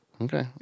Okay